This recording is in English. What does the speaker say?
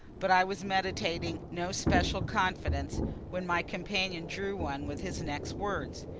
but i was meditating no special confidence when my companion drew one with his next words.